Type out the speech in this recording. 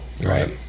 Right